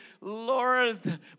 Lord